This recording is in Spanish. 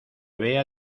vea